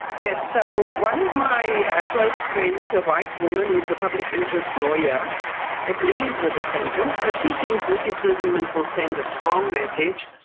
yes, so one of my ah close friends, a white woman who is a public interest lawyer agrees with the sentence. so she thinks this imprisonment will send a strong message.